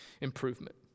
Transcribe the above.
improvement